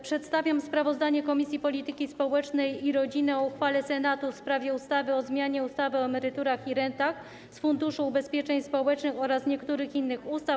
Przedstawiam sprawozdanie Komisji Polityki Społecznej i Rodziny o uchwale Senatu w sprawie ustawy o zmianie ustawy o emeryturach i rentach z Funduszu Ubezpieczeń Społecznych oraz niektórych innych ustaw.